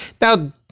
now